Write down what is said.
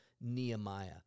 Nehemiah